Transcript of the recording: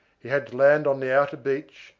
he had to land on the outer beach,